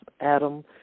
Adam